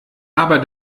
aber